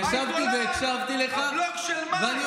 מאי גולן, הבלוג של מאי.